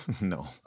No